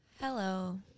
Hello